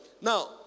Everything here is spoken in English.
Now